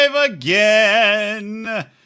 Again